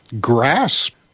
grasp